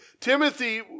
Timothy